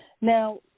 Now